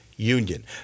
Union